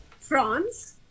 France